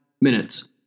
minutes